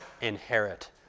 inherit